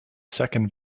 second